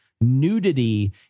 nudity